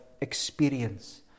experience